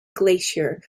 glacier